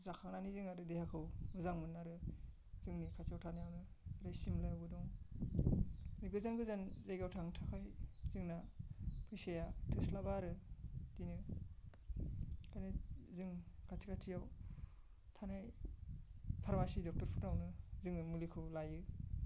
जाखांनानै जों आरो देहाखौ मोजां मोनो आरो जोंनि खाथियाव थानायवनो ओमफ्राय सिमलायावबो दं बे गोजान गोजान जायगायाव थांनो थाखाय जोंना फैसाया थोस्लाबा आरो इदिनो बेखायनो जों खाथि खाथियाव थानाय फार्मासि ड'क्टरफोरावनो जोङो मुलिखौ लायो